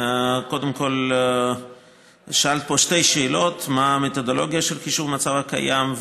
קודם כול שאלת פה שתי שאלות: מה המתודולוגיה של חישוב המצב הקיים,